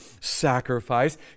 sacrifice